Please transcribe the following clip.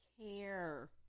care